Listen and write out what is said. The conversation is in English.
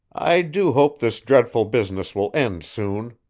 i do hope this dreadful business will end soon,